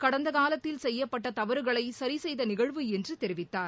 கடந்த காலத்தில் செய்யப்பட்ட தவறுகளை சரிசெய்த நிகழ்வு என்று தெரிவித்தார்